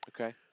Okay